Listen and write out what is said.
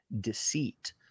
deceit